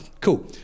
cool